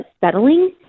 settling